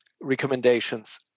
recommendations